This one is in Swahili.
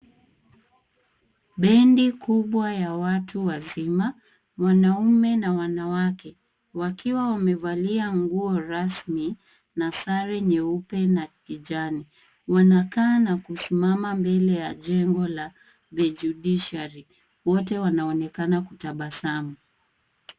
Bendi kubwa ya watu wazima wanaume na wanawake wakiwa wamevalia nguo rasmi na sare nyeupe na kijani. Wanakaa na kusimama mbele ya jengo la The Judiciary, wote wanaonekana kutabasamu.